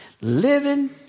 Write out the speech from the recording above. living